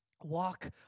walk